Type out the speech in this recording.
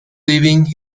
living